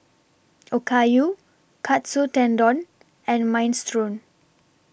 Okayu Katsu Tendon and Minestrone